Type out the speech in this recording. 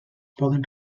poden